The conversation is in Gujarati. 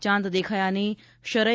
ચાંદ દેખાયાની શરઇ